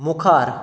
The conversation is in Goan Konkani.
मुखार